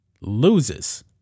loses